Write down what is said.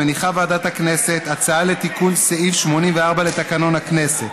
מניחה ועדת הכנסת הצעה לתיקון סעיף 84 לתקנון הכנסת.